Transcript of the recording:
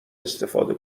استفاده